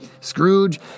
Scrooge